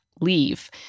leave